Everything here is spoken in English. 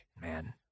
Man